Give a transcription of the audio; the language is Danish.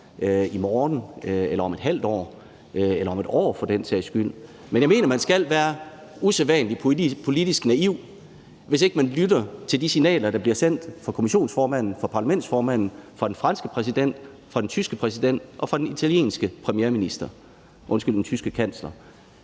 i morgen eller om et halvt år eller om et år for den sags skyld, men jeg mener, at man skal være usædvanlig politisk naiv, hvis ikke man lytter til de signaler, der bliver sendt fra kommissionsformanden, fra parlamentsformanden, fra den franske præsident, fra den tyske kansler og fra den italienske premierminister. Det er jo trods alt